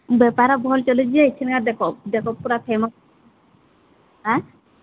ବେପାର ଭଲ ଚାଲିଛି ଯେ ଏଇଖାନେ ଦେଖ ଦେଖ ପୁରା ଫେମସ୍